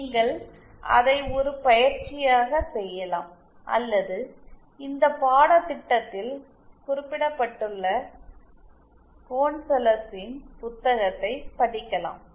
நீங்கள் அதை ஒரு பயிற்சியாக செய்யலாம் அல்லது இந்த பாடத்திட்டத்தில் குறிப்பிடப்பட்டுள்ள கோன்சலஸின் புத்தகத்தை படிக்கலாம்